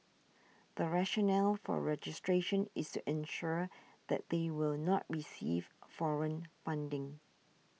the rationale for registration is to ensure that they will not receive foreign funding